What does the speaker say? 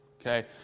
Okay